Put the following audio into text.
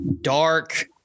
dark